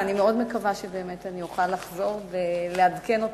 ואני מאוד מקווה שבאמת אני אוכל לחזור ולעדכן אותך,